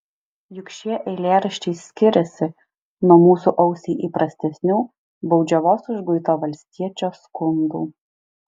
juk šie eilėraščiai skiriasi nuo mūsų ausiai įprastesnių baudžiavos užguito valstiečio skundų